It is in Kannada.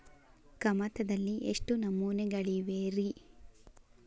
ಕಮತದಲ್ಲಿ ಎಷ್ಟು ನಮೂನೆಗಳಿವೆ ರಿ?